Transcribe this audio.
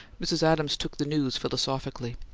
mrs. adams took the news philosophically.